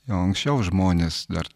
jau anksčiau žmonės dar